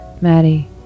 Maddie